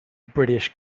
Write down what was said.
british